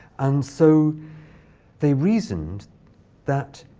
and so they reasoned that